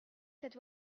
cette